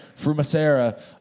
Frumacera